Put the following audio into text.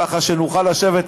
ככה שיוכל לשבת מתחת,